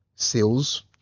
sales